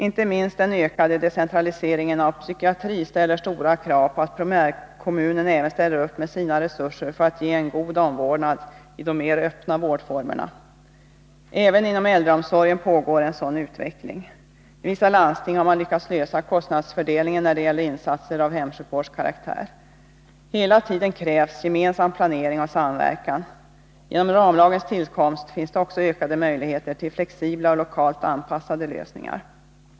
Inte minst den ökade decentraliseringen av den psykiatriska vården ställer stora krav på att även primärkommunen ställer upp med sina resurser för att ge en god omvårdnad i de mera öppna vårdformerna. Även inom äldreomsorgen pågår en sådan utveckling. I vissa landsting har man lyckats lösa kostnadsfördelningen när det gäller insatser av hemsjukvårdskaraktär. Hela tiden krävs gemensam planering och samverkan. Genom ramlagens tillkomst finns det också ökade möjligheter till flexibla och lokalt anpassade lösningar.